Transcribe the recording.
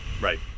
right